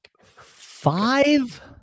Five